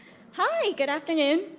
hi, good afternoon.